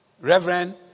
reverend